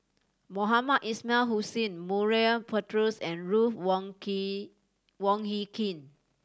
Mohamed Ismail Hussain Murray Buttrose and Ruth Wong King Wong Hie King